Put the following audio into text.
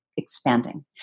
expanding